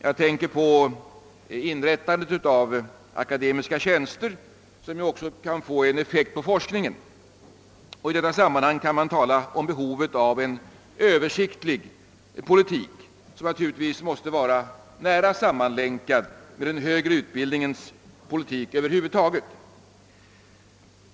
Jag tänker på inrättandet av akademiska tjänster, vilket ju kan få en effekt också på forskningen. I detta sammanhang kan man tala om behov av en översiktlig politik, som naturligtvis måste vara nära sammanlänkad med den högre utbildningens politik över huvud taget.